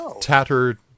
Tattered